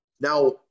Now